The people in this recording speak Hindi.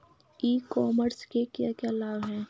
ई कॉमर्स के क्या क्या लाभ हैं?